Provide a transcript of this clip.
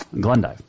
Glendive